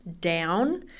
down